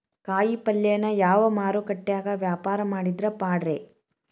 ಕಾಯಿಪಲ್ಯನ ಯಾವ ಮಾರುಕಟ್ಯಾಗ ವ್ಯಾಪಾರ ಮಾಡಿದ್ರ ಪಾಡ್ರೇ?